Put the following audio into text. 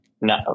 No